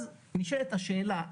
נשאלת השאלה,